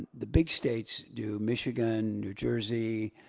the big states do, michigan, new jersey,